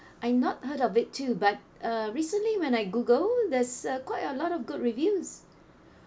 I've not heard of it too but uh recently when I google there's a quite a lot of good reviews